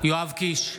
יואב קיש,